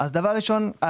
דבר ראשון,